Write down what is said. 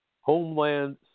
Homeland